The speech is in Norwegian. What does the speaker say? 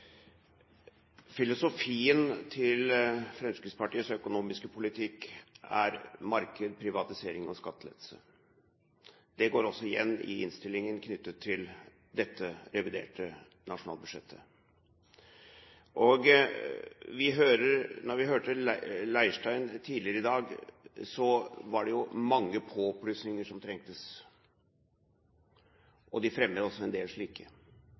marked, privatisering og skattelettelse. Det går også igjen i innstillingen knyttet til dette reviderte nasjonalbudsjettet. Vi hørte at Leirstein tidligere i dag mente det var mange påplussinger som trengtes. Fremskrittspartiet fremmer forslag om en del slike.